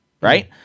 right